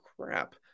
crap